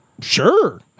Sure